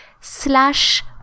slash